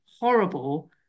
horrible